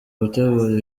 gutegura